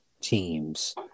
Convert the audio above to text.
teams